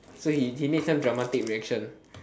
so he he make some dramatic reaction